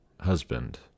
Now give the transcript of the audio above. husband